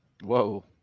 Whoa